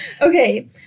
Okay